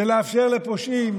זה לאפשר לפושעים